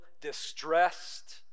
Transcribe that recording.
distressed